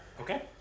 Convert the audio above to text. Okay